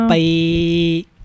Bye